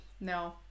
No